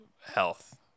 health